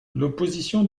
l’opposition